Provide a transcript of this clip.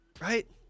Right